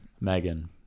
Megan